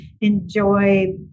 enjoy